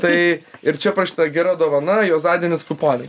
tai ir čia parašyta gera dovana juozadienis kuponai